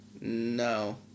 No